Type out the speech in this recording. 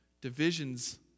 divisions